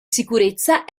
sicurezza